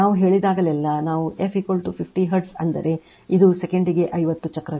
ನಾವು ಹೇಳಿದಾಗಲೆಲ್ಲಾ ನಾವು f f 50 ಹರ್ಟ್ಜ್ ಅಂದರೆ ಇದು ಸೆಕೆಂಡಿಗೆ 50 ಚಕ್ರಗಳು